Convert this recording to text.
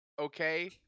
okay